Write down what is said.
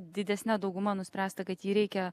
didesne dauguma nuspręsta kad jį reikia